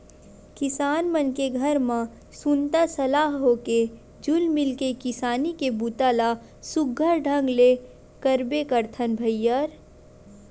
किसान मन के घर म सुनता सलाह होके जुल मिल के किसानी के बूता ल सुग्घर ढंग ले करबे करथन भईर